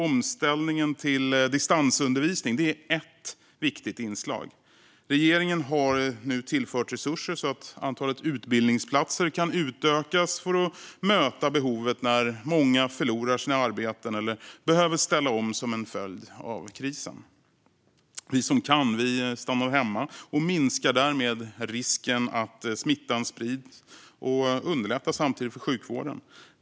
Omställningen till distansundervisning är ett viktigt inslag. Regeringen har nu tillfört resurser så att antalet utbildningsplatser kan utökas för att möta behovet när många förlorar sina arbeten eller behöver ställa om som en följd av krisen. Vi som kan stannar hemma. Vi minskar därmed risken att smittan sprids och underlättar samtidigt för sjukvården.